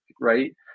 right